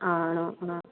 ആണോ ആ